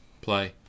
play